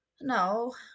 No